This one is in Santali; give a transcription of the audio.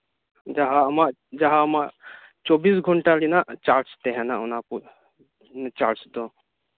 ᱡᱟᱸᱦᱟ ᱟᱢᱟᱜ ᱡᱟᱸᱦᱟ ᱟᱢᱟᱜ ᱵᱟᱨᱜᱮᱞ ᱯᱩᱱ ᱴᱟᱲᱟᱝ ᱨᱮᱭᱟᱜ ᱪᱟᱨᱡ ᱛᱟᱸᱦᱮᱱᱟ ᱚᱱᱟᱠᱚ ᱪᱟᱨᱡ ᱫᱚ